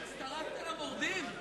הצטרפת למורדים?